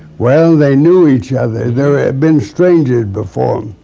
well, they knew each other. they had been strangers before.